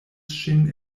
ŝin